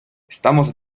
estamos